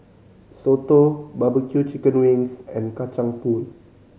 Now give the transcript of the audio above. soto barbecue chicken wings and Kacang Pool